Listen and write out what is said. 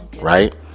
right